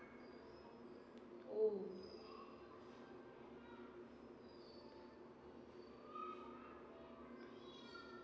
oh